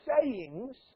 sayings